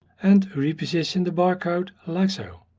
and reposition the bar code, like so.